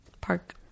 Park